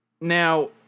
Now